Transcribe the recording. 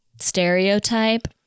stereotype